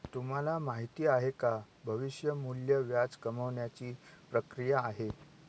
तुम्हाला माहिती आहे का? भविष्य मूल्य व्याज कमावण्याची ची प्रक्रिया आहे